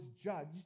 judged